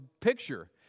picture